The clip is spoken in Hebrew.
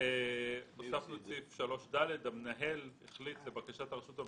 הוספנו את סעיף 3(ד): "המנהל החליט לבקשת הרשות המקומית,